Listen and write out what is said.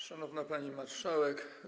Szanowna Pani Marszałek!